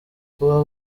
kuba